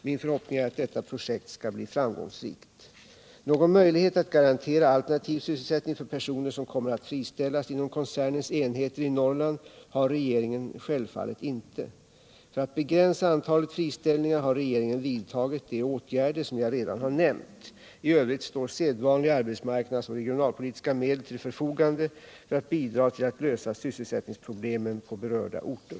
Min förhoppning är att detta projekt skall bli framgångsrikt. Någon möjlighet att garantera alternativ sysselsättning för personer som kommer att friställas inom koncernens enheter i Norrland har regeringen självfallet inte. För att begränsa antalet friställningar har regeringen vidtagit de åtgärder som jag redan har nämnt. I övrigt står sedvanliga arbetsmarknads och regionalpolitiska medel till förfogande för att bidra till att lösa sysselsättningsproblemen på berörda orter.